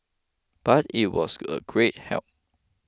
but it was a great help